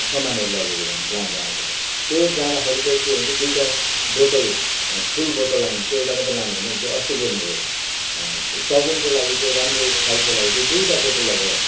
सामानहरू लगेको जानु लानु जानु पर्छ त्यो जाँदाखेरि चाहिँ के हुन्छ दुईटा बोतल फुल बोतल लानुपर्छ एउटा मात्रै लानु हुँदैन त्यो असुगुन रे सगुनको लागि चाहिँ राम्रो साइतको लागि चाहिँ दुइटा बोतल लगेर